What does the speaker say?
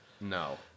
No